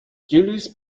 julius